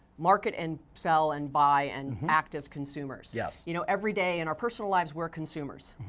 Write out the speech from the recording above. market, and sell, and buy, and act as consumers. yes. you know every day in our personal lives, we're consumers.